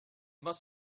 must